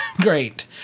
Great